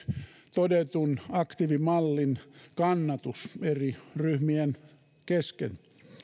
todetun aktiivimallin kannatus eri ryhmien kesken